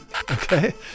okay